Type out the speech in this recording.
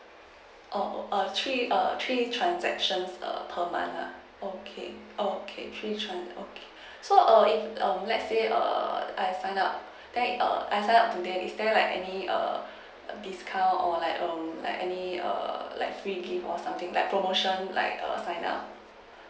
oh err three err three transactions err per month uh okay okay three trans~ okay so err if um let's say err I sign up that err I sign up to that is there like any err discount or like err like any err like free gift or something like promotions like err I sign up